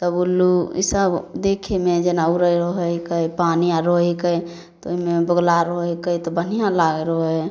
सभ उल्लू इसभ देखैमे जेना उड़ै होइके पानि आर रहैके तऽ ओहिमे बोगुला रहै हिके तऽ बढ़िऑं लागैत रहै हइ